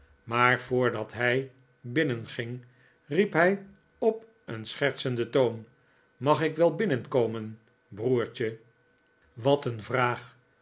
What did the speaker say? maar voordat hij binnenging riep hij op een schertsenden toon mag ik wel binnenkomen broertje wat een vraag